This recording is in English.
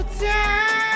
time